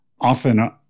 often